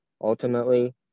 ultimately